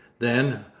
then,